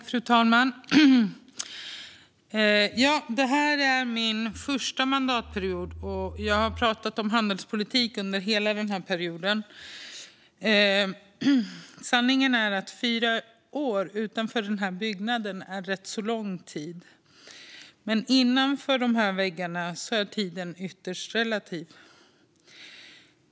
Fru talman! Detta är min första mandatperiod, och jag har pratat om handelspolitik under hela denna period. Sanningen är att fyra år utanför den här byggnaden är rätt lång tid, men innanför dessa väggar är tiden ytterst relativ.